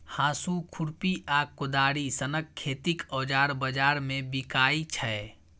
हाँसु, खुरपी आ कोदारि सनक खेतीक औजार बजार मे बिकाइ छै